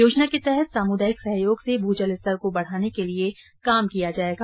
योजना के तहत सामुदायिक सहयोग से भूजल स्तर को बढ़ाने के लिए काम किया जायेगा